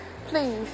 Please